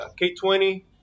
K20